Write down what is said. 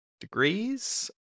degrees